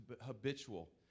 habitual